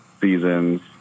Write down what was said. seasons